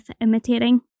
imitating